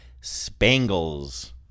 Spangles